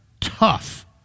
Tough